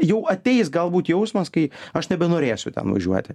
jų ateis galbūt jausmas kai aš nebenorėsiu ten važiuoti